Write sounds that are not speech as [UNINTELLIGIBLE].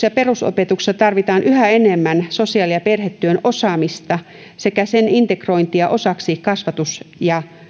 [UNINTELLIGIBLE] ja perusopetuksessa tarvitaan yhä enemmän sosiaali ja perhetyön osaamista sekä sen integrointia osaksi kasvatus ja